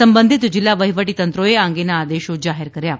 સંબંધિત જિલ્લા વહીવટીતંત્રોએ આ અંગેના આદેશો જાહેર કર્યા છે